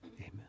Amen